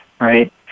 right